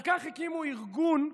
אחר כך הקימו ארגון,